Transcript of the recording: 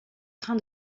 train